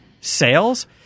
sales